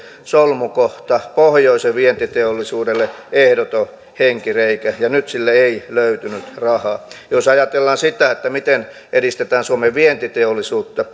solmukohta pohjoisen vientiteollisuudelle ehdoton henkireikä ja nyt sille ei löytynyt rahaa jos ajatellaan sitä miten edistetään suomen vientiteollisuutta